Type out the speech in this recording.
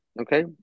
Okay